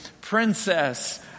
princess